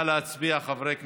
ותועבר לוועדת החוקה,